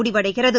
முடிவடைகிறது